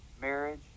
Marriage